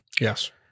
Yes